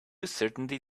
certainly